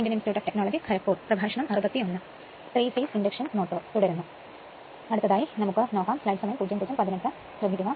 ഇനി നമുക്ക് തുടക്കം മുതൽ നോക്കാം